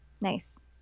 Nice